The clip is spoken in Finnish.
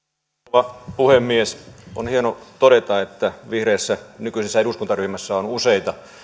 rouva puhemies on hienoa todeta että vihreissä on nykyisessä eduskuntaryhmässä useita